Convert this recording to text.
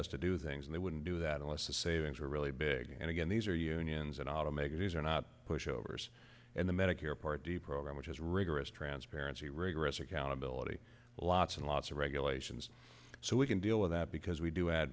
us to do things and they wouldn't do that unless the savings were really big and again these are unions and automakers these are not pushovers and the medicare part d program which is rigorous transparency rigorous accountability lots and lots of regulations so we can deal with that because we do add